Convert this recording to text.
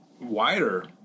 wider